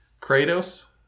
Kratos